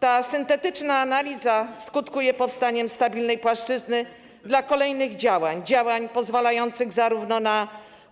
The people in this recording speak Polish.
Ta syntetyczna analiza skutkuje powstaniem stabilnej płaszczyzny dla kolejnych działań, działań pozwalających na zarówno